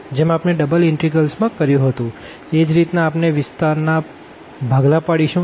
જેમ આપણે double integrals માં કર્યું હતું એજ રીતના આપણે વિસ્તાર ના ભાગલા પડીશું